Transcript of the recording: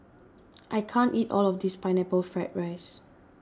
I can't eat all of this Pineapple Fried Rice